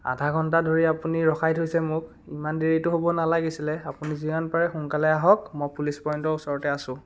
আধা ঘণ্টা ধৰি আপুনি ৰখাই থৈছে মোক ইমান দেৰিতো হ'ব নালাগিছিলে আপুনি যিমান পাৰে সোনকালে আহক মই পুলিচ পইণ্টৰ ওচৰতে আছোঁ